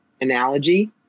Analogy